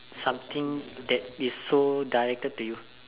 something that is so directed to you